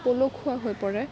পলসুৱা হৈ পৰে